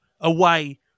away